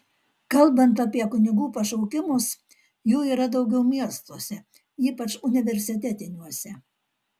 kalbant apie kunigų pašaukimus jų yra daugiau miestuose ypač universitetiniuose